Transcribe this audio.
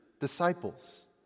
disciples